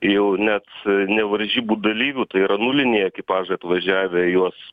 jau net ne varžybų dalyvių tai yra nuliniai ekipažai atvažiavę juos